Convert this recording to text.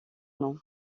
nom